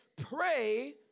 pray